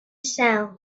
sound